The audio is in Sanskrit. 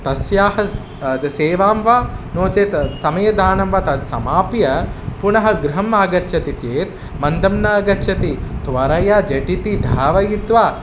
तस्याः द सेवां वा नो चेत् समयदानं वा तत् समाप्य पुनः गृहम् आगच्छति चेत् मन्दं न गच्छति त्वरया झटिति धावयित्वा